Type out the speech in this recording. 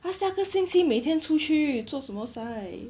他下个星期每天出去做什么 sai